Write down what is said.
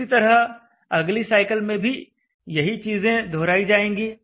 इसी तरह अगली साइकिल में भी यही चीजें दोहराई जाएंगी